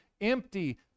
empty